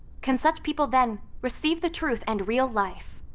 can such people then receive the truth and real life?